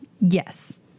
Yes